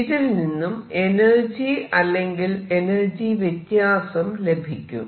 ഇതിൽ നിന്നും എനർജി അല്ലെങ്കിൽ എനർജി വ്യത്യാസം ലഭിക്കും